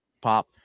pop